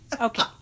Okay